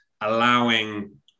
allowing